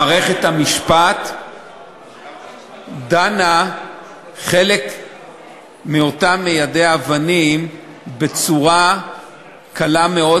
מערכת המשפט דנה חלק מאותם מיידי אבנים בצורה קלה מאוד,